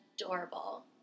adorable